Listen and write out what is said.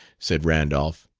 said randolph.